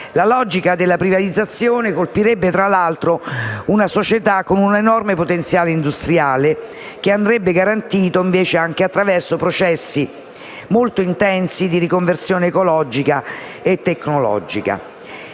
la logica della privatizzazione colpirebbe tra l'altro una società con un enorme potenziale industriale, che andrebbe garantito, invece, anche attraverso processi molto intensi di riconversione ecologica e tecnologica.